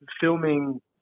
filming